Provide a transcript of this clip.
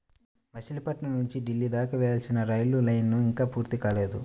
మచిలీపట్నం నుంచి ఢిల్లీ దాకా వేయాల్సిన రైలు లైను ఇంకా పూర్తి కాలేదు